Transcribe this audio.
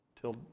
till